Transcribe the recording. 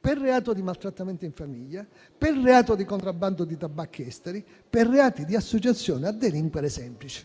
per reato di maltrattamento in famiglia, per reato di contrabbando di tabacchi esteri, per reati di associazione a delinquere semplici.